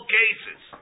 cases